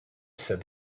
said